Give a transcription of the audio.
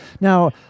Now